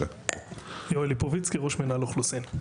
יואל ליפובצקי ראש מינהל אוכלוסין.